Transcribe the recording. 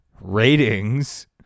ratings